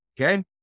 Okay